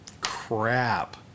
Crap